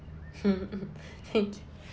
hmm mm thank you